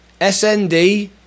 SND